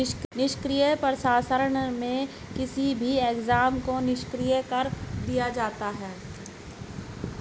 निष्क्रिय प्रसंस्करण में किसी भी एंजाइम को निष्क्रिय कर दिया जाता है